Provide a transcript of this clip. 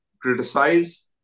criticize